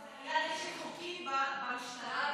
היה נשק חוקי במשטרה,